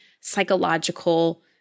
psychological